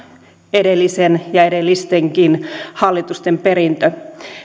edellisen ja edellistenkin hallitusten perintö